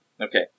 Okay